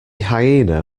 hyena